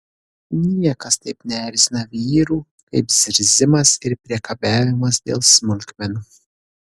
niekas taip neerzina vyrų kaip zirzimas ir priekabiavimas dėl smulkmenų